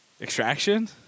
Extraction